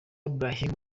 brahim